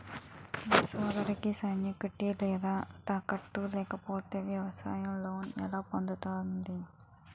నా సోదరికి సెక్యూరిటీ లేదా తాకట్టు లేకపోతే వ్యవసాయ లోన్ ఎలా పొందుతుంది?